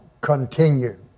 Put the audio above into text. continue